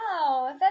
Wow